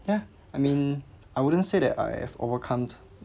yeah I mean I wouldn't say that I have overcome